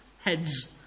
heads